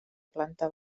planta